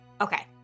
okay